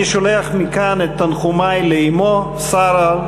אני שולח מכאן את תנחומי לאמו שרה,